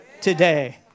today